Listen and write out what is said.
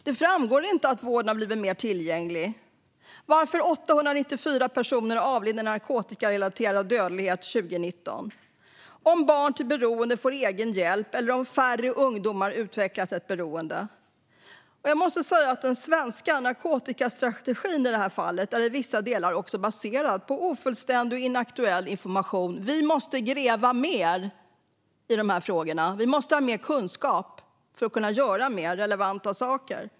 Det framgår inte om vården har blivit mer tillgänglig, varför 894 personer avled i narkotikarelaterad dödlighet 2019, om barn till beroende får egen hjälp eller om färre ungdomar har utvecklat ett beroende. Jag måste säga att den svenska narkotikastrategin i vissa delar är baserad på ofullständig och inaktuell information. Vi måste gräva mer i de här frågorna. Vi måste ha mer kunskap för att kunna göra mer relevanta saker.